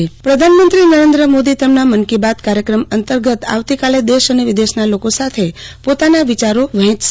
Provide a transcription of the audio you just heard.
આરતી ભદ્દ પ્રધાનમંત્રી મનકી બાત પ્રધાનમંત્રી નરેન્દ્ર મોદી તેમના મન કી બાત કાર્યક્રમ અંતર્ગત આવતીકાલે દેશ અને વિદેશના લોકો સાથે પોતાના વિચારો વહેંચશે